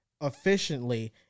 efficiently